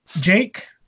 Jake